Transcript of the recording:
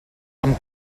amb